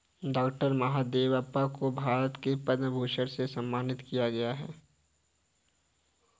doctor Mahadevappa को भारत में पद्म भूषण से सम्मानित किया गया है